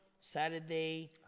Saturday